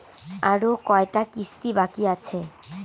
আরো কয়টা কিস্তি বাকি আছে?